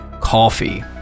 coffee